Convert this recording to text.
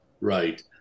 Right